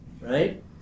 right